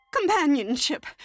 companionship